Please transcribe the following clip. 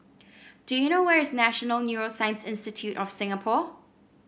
do you know where is National Neuroscience Institute of Singapore